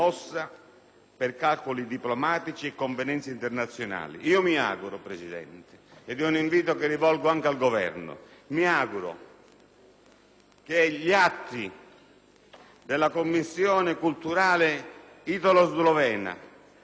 per calcoli diplomatici e convenienze internazionali». Mi auguro, signor Presidente, ed è un invito che rivolgo anche al Governo, che gli atti della commissione culturale italo-slovena